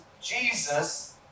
Jesus